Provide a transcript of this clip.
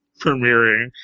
premiering